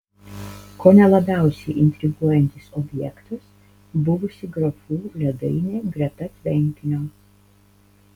kone labiausiai intriguojantis objektas buvusi grafų ledainė greta tvenkinio